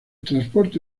transporte